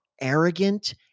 arrogant